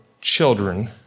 children